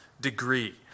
degree